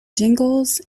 jingles